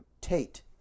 Tate